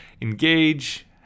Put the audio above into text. engage